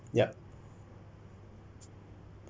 yup